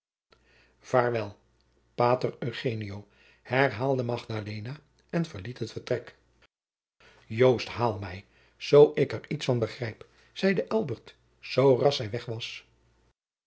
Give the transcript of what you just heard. pater eugenio herhaalde magdalena en verliet het vertrek joost haal mij zoo ik er iets van begrijp zeide elbert zooras zij weg was